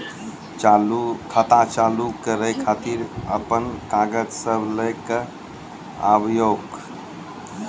खाता चालू करै खातिर आपन कागज सब लै कऽ आबयोक?